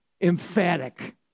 emphatic